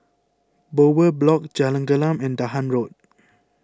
Bowyer Block Jalan Gelam and Dahan Road